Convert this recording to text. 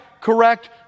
correct